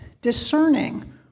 discerning